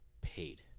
paid